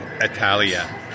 Italia